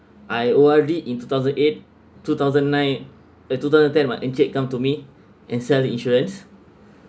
I O_R_D in two thousand eight two thousand nine uh two thousand ten what encik come to me and sell insurance